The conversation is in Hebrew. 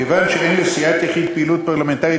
כיוון שאין לסיעת יחיד פעילות פרלמנטרית